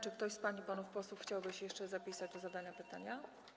Czy ktoś z pań i panów posłów chciałby jeszcze zapisać się do zadania pytania?